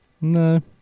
No